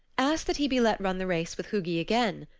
asked that he be let run the race with hugi again.